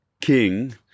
king